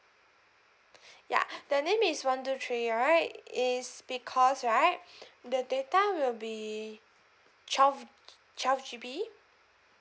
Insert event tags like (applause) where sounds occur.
(breath) ya the name is one two three right it's because right (breath) the data will be twelve twelve G_B